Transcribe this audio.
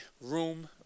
room